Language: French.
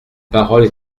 paroles